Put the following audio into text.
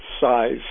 size